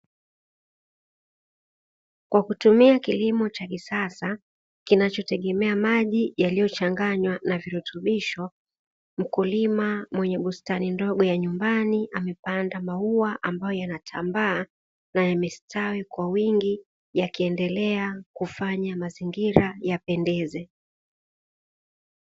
Kwa kutumia kilimo cha kisasa, kinachotegemea maji yaliyochanganywa na virutubisho, mkulima mwenye bustani ndogo ya nyumbani, amepanda maua ambayo yanatambaa na yamestawi kwa wingi, yakiendelea kufanya mazingira yapendeze.